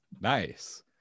Nice